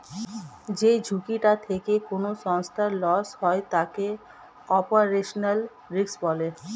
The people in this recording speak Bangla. যেই ঝুঁকিটা থেকে কোনো সংস্থার লস হয় তাকে অপারেশনাল রিস্ক বলে